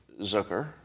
Zucker